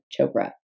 Chopra